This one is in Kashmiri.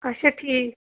اَچھا ٹھیٖک